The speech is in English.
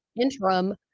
interim